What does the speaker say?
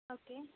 okay